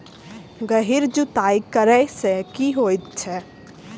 गहिर जुताई करैय सँ की होइ छै?